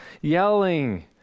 yelling